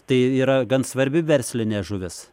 tai yra gan svarbi verslinė žuvis